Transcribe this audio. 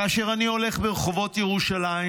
כאשר אני הולך ברחובות ירושלים,